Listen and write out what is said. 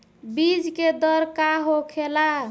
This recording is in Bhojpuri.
बीज के दर का होखेला?